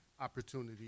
opportunity